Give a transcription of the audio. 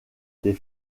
des